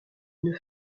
une